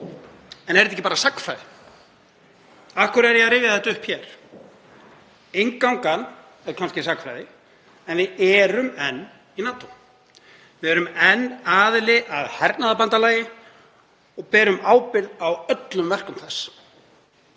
En er þetta ekki bara sagnfræði? Af hverju er ég að rifja þetta upp hér? Inngangan er kannski sagnfræði en við erum enn í NATO. Við erum enn aðili að hernaðarbandalagi og berum ábyrgð á öllum verkum þess,